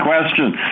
question